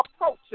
approach